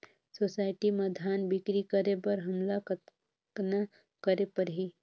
Society म धान बिक्री करे बर हमला कतना करे परही?